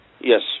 yes